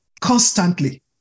constantly